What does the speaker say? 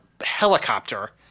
helicopter